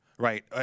Right